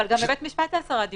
אבל גם בבית המשפט זה עשרה דיונים,